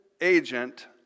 agent